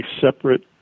separate